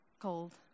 Cold